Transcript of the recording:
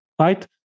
right